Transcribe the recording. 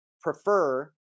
prefer